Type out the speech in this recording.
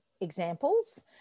examples